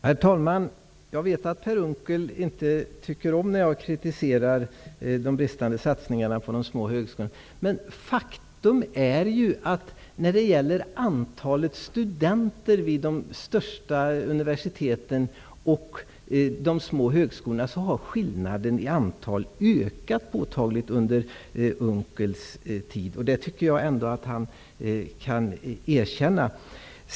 Herr talman! Jag vet att Per Unckel inte tycker om att jag kritiserar de bristande satsningarna på de små högskolorna. Men faktum är att skillnaden i antalet studenter vid de största universiteten och vid de små högskolorna har ökat påtagligt under Per Unckels tid. Det tycker jag att Per Unckel kan erkänna.